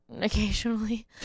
occasionally